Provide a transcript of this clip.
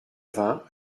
vingts